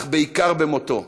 אך בעיקר במותו,